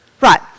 Right